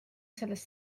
sellest